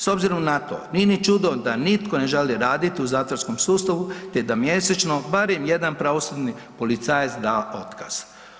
S obzirom na to nije ni čudo da nitko ne želi raditi u zatvorskom sustavu te da mjesečno barem jedan pravosudni policajac da otkaz.